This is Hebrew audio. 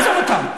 עזוב אותם.